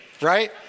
right